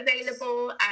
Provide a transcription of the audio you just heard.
available